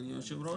אדוני היושב-ראש,